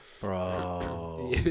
Bro